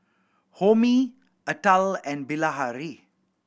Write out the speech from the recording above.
Homi Atal and Bilahari